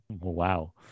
Wow